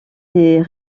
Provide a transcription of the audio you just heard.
des